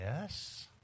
Yes